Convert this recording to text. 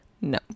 no